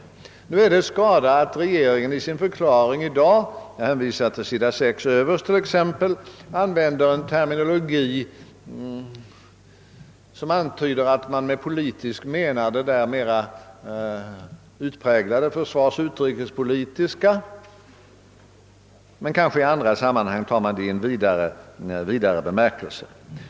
Det är skada att regeringen i sin förklaring i dag, t.ex. överst på s. 6, använder en terminologi som antyder att man med politisk menar det mera ut präglade försvarsoch utrikespolitiska ställningstagandet, men i andra sammanhang tar man begreppen i en vidare bemärkelse.